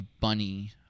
bunny